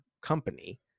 company